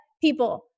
people